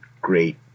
great